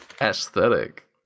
Aesthetic